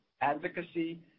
advocacy